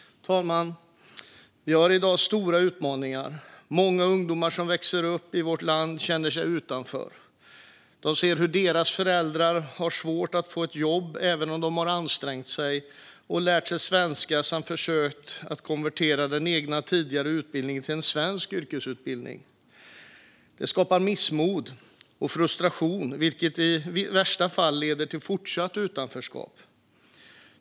Fru talman! Vi har i dag stora utmaningar. Många ungdomar som växer upp i vårt land känner sig utanför. De ser hur deras föräldrar har svårt att få ett jobb även om de har ansträngt sig och lärt sig svenska samt försökt att konvertera den egna tidigare utbildningen till en svensk yrkesutbildning. Detta skapar missmod och frustration, vilket i värsta fall leder till fortsatt utanförskap.